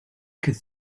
could